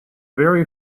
very